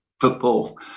football